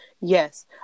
yes